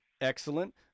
Excellent